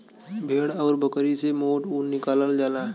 भेड़ आउर बकरी से मोटा ऊन निकालल जाला